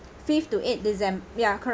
fifth to eighth decem~ ya cor~